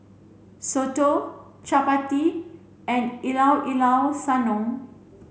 Soto Chappati and Llao Llao Sanum